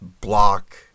block